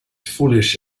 foolish